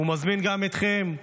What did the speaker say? ומזמין גם אתכם,